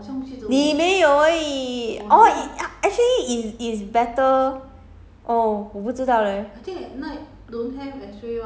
我有想 leh 你没有而已 orh actually it's it's better